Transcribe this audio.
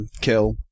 kill